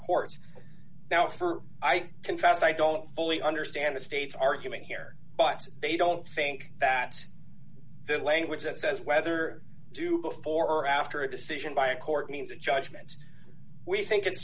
courts now i confess i don't fully understand the state's argument here but they don't think that the language that says whether due before or after a decision by a court means a judgment we think it's